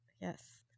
Yes